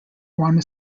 wanna